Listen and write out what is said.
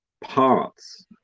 parts